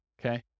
Okay